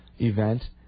event